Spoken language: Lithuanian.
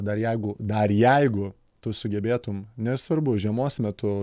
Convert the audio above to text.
dar jeigu dar jeigu tu sugebėtum nesvarbu žiemos metu